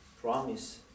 promise